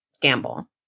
gamble